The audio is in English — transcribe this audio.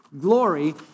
glory